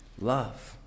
love